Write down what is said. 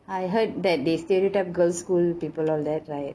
I heard that they stereotype girl's school people all that right